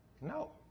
No